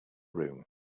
room